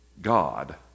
God